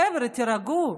חבר'ה, תירגעו.